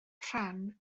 rhan